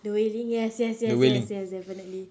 the wailing yes yes yes yes yes definitely